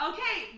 Okay